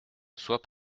soit